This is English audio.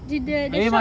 did the the shop